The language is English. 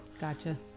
Gotcha